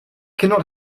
cannot